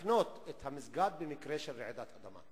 מסכנות את המסגד במקרה של רעידת אדמה?